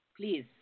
Please